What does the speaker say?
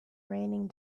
raining